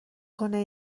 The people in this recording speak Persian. کنه